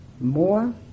more